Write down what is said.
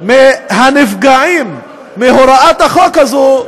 95% מהנפגעים מהוראת החוק הזאת,